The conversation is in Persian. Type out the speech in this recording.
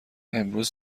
امروز